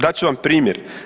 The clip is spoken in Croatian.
Dat ću vam primjer.